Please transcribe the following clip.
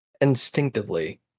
instinctively